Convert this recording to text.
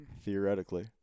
theoretically